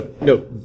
no